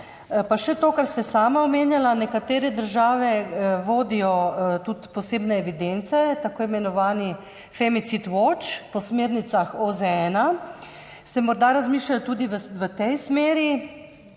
še to, kar ste sami omenjali, nekatere države vodijo tudi posebne evidence, tako imenovani Femicid Watch, po smernicah OZN. Ste morda razmišljali tudi o vodenju